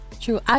true